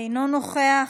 אינו נוכח,